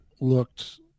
looked